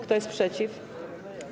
Kto jest przeciw?